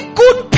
good